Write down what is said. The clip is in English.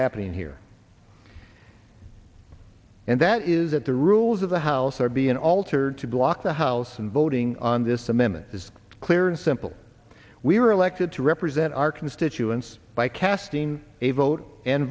happening here and that is that the rules of the house are being altered to block the house and voting on this amendment is clear and simple we were elected to represent our constituents by casting a vote and